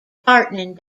partnering